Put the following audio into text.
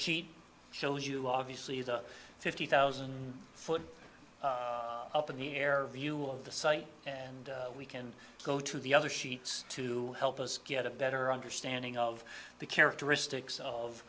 shows you obviously the fifty thousand foot up in the air view of the site and we can go to the other sheets to help us get a better understanding of the characteristics